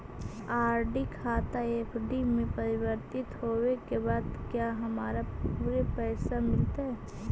RD खाता FD में परिवर्तित होवे के बाद क्या हमारा पूरे पैसे मिलतई